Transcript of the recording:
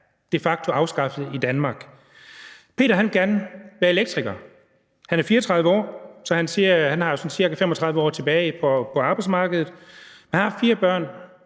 de facto afskaffet i Danmark. Peter vil gerne være elektriker, og han er 34 år, så han siger, at han jo sådan cirka har 35 år tilbage på arbejdsmarkedet. Han har fire børn